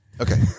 okay